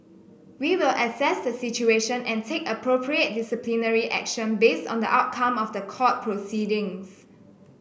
we will assess the situation and take appropriate disciplinary action based on the outcome of the court proceedings